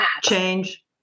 change